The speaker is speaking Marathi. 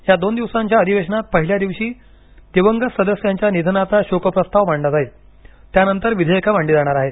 या दोन दिवसांच्या अधिवेशनात पहिल्या दिवशी दिवंगत सदस्यांच्या निधनाचा शोकप्रस्ताव मांडला जाईल त्यानंतर विधेयक मांडली जाणार आहेत